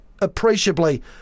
appreciably